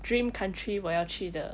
dream country 我要去的